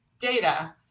data